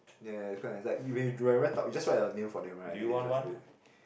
yeah you just write your name for them right then they'll just do it